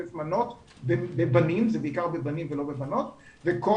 מנות בבנים זה בעיקר בבנים ולא בבנות וכל